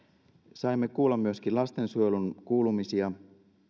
saimme kuulla myöskin lastensuojelun kuulumisia